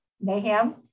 Mayhem